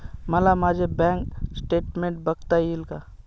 मला माझे bank statement बघता येईल का?